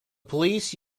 police